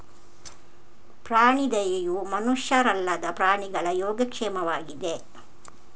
ಪ್ರಾಣಿ ದಯೆಯು ಮನುಷ್ಯರಲ್ಲದ ಪ್ರಾಣಿಗಳ ಯೋಗಕ್ಷೇಮವಾಗಿದೆ